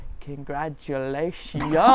congratulations